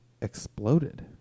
exploded